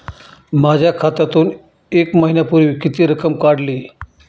माझ्या खात्यातून एक महिन्यापूर्वी किती रक्कम काढली?